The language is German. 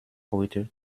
heute